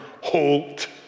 halt